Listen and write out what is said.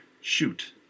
shoot